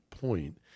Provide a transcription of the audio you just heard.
point